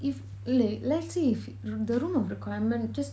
if le~ let's say if the room of requirement just